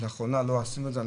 לאחרונה לא עשינו את זה,